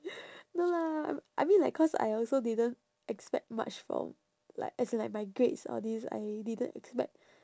no lah I I mean like cause I also didn't expect much from like as in like my grades all these I didn't expect